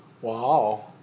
Wow